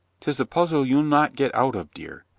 tis a puzzle you'll not get out of, dear.